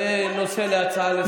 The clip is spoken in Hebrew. זה נושא להצעה לסדר-היום.